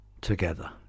together